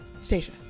Stacia